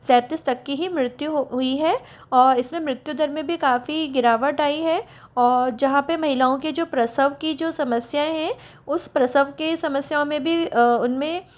सैंतीस तक की ही मृत्यु हुई है और इस में मृत्युदर में भी काफ़ी गिरावट आई है और जहाँ पर महिलाओं के जो प्रसव की जो समस्याएँ हैं उस प्रसव के समस्याओं में भी उन में